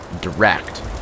direct